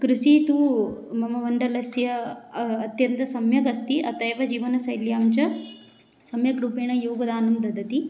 कृषिः तु मम मण्डलस्य अत्यन्तं सम्यगस्ति अतः एव जीवनशैल्यां च सम्यक् रूपेण योगदानं ददति